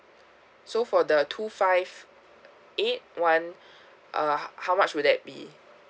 so for the two five eight one uh how much would that be